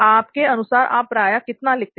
आपके अनुसार आप प्रायः कितना लिखते हैं